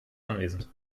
anwesend